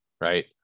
right